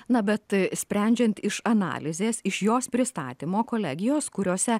na bet sprendžiant iš analizės iš jos pristatymo kolegijos kuriose